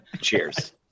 Cheers